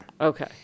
Okay